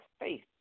faith